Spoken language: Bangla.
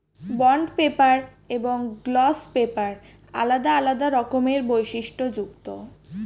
বন্ড পেপার এবং গ্লস পেপার আলাদা আলাদা রকমের বৈশিষ্ট্যযুক্ত